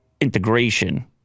Integration